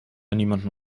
niemandem